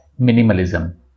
minimalism